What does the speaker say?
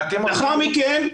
לאחר מכן,